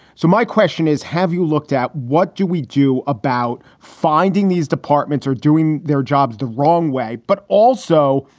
so my question is, have you looked at what do we do about finding these departments are doing their jobs the wrong way, but also,